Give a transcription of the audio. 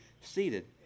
seated